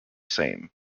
same